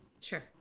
Sure